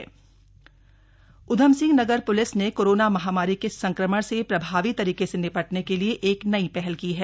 S P O Udham Singh Nagar police ने corona महामारी के संक्रमण से प्रभावी तरीके से निपटने के लिए एक नई पहल की है